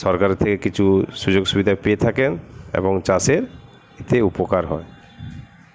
সরকারের থেকে কিছু সুযোগ সুবিধা পেয়ে থাকেন এবং চাষের এতে উপকার হয়